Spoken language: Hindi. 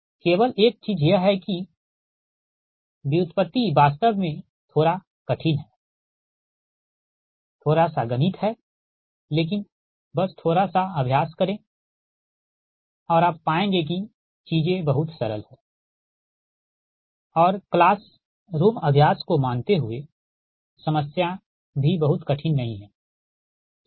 केवल एक चीज यह है कि डेरीवेटिव वास्तव में थोड़ा कठिन है थोड़ा सा गणित है लेकिन बस थोड़ा सा अभ्यास करें और आप पाएंगे कि चीजें बहुत सरल हैं और क्लास रूम अभ्यास को मानते हुए समस्या भी बहुत कठिन नही है ठीक है